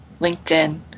LinkedIn